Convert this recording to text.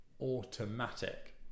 automatic